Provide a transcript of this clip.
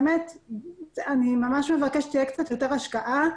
אני ממש מבקשת שתהיה יותר השקעה,